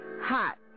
hot